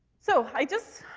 so i just,